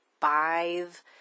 five